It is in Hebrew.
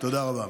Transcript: תודה רבה.